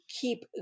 keep